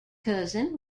cousin